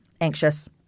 anxious